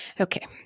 Okay